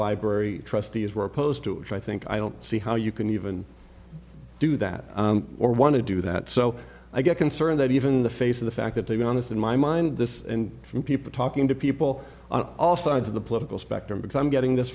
library trustees were opposed to it i think i don't see how you can even do that or want to do that so i get concerned that even in the face of the fact that to be honest in my mind this and from people talking to people on all sides of the political spectrum because i'm getting this